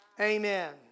Amen